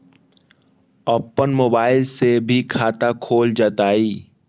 अपन मोबाइल से भी खाता खोल जताईं?